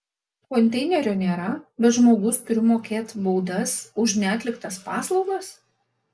konteinerio nėra bet žmogus turi mokėt baudas už neatliktas paslaugas